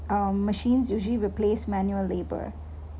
um machines usually replace manual labour